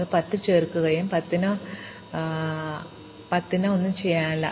അതിനാൽ ഞങ്ങൾ 10 ചേർക്കുകയും പിന്നീട് പൂർത്തിയാക്കുകയും ചെയ്യുന്നു കാരണം 10 ന് ഒന്നും ചെയ്യാനില്ല